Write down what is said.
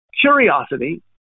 curiosity